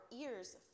ears